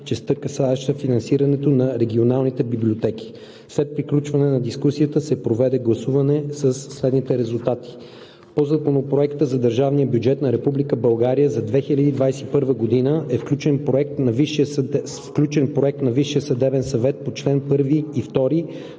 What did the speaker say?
частта, касаеща финансирането на регионалните библиотеки. След приключване на дискусията се проведе гласуване със следните резултати: 1. По Законопроекта за държавния бюджет на Република България за 2021 г., с включен Проект на Висшия съдебен съвет по чл. 1 и 2: